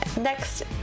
next